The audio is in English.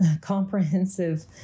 comprehensive